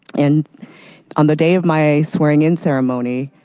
and on the day of my swearing in ceremony,